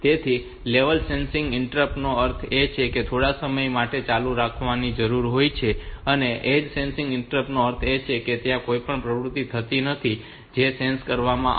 તેથી level sensitive interrupt નો અર્થ છે કે તેને થોડા સમય માટે ચાલુ રાખવાની જરૂર હોય છે અને ઍજ સેન્સેટિવ ઈન્ટ્રપ્ટ નો અર્થ એ છે કે ત્યાં કોઈપણ પ્રવૃત્તિ થતી હશે જે સેન્સ કરવામાં આવશે